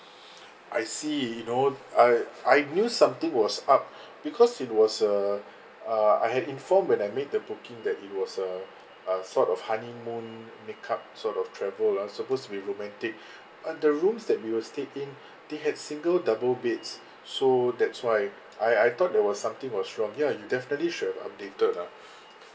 I see you know I I knew something was up because it was a uh I had informed when I make a booking that it was a a sort of honeymoon make up sort of travel ah suppose to be romantic but the rooms that we were stayed in they had single double beds so that's why I I thought there was something was wrong ya you definitely should have updated ah